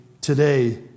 today